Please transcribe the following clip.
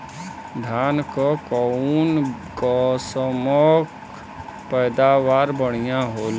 धान क कऊन कसमक पैदावार बढ़िया होले?